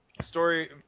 story